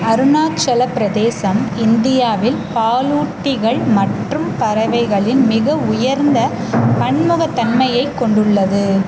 அருணாச்சலப் பிரதேசம் இந்தியாவில் பாலூட்டிகள் மற்றும் பறவைகளின் மிக உயர்ந்த பன்முகத்தன்மையைக் கொண்டுள்ளது